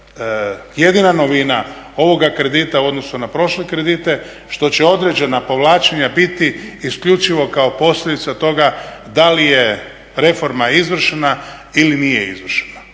jedina novina ovoga kredita u odnosu na prošle kredite je što će određena povlačenja biti isključivo kao posljedica toga da li je reforma izvršena ili nije izvršena.